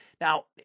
Now